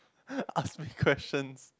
ask me questions